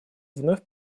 вновь